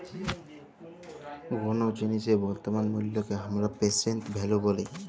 কোলো জিলিসের বর্তমান মুল্লকে হামরা প্রেসেন্ট ভ্যালু ব্যলি